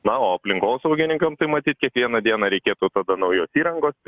na o aplinkosaugininkam tai matyt kiekvieną dieną reikėtų apie naujos įrangos